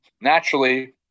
naturally